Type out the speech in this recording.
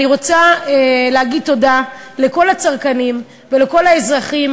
אני רוצה להגיד תודה לכל הצרכנים ולכל האזרחים